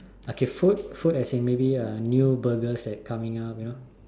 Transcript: okay food as in maybe new burgers that's coming out you know